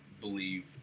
believe